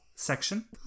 section